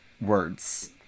words